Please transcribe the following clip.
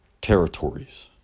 territories